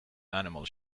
animal